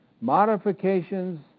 modifications